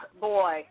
boy